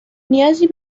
نیازی